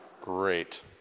Great